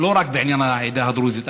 לא רק בעניין העדה הדרוזית,